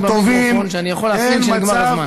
במיקרופון שאני יכול להפעיל כשנגמר הזמן.